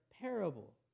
parable